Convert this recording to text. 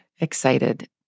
excited